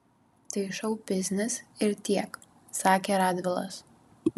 tai šou biznis ir tiek sakė radvilas